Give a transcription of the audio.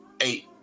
Eight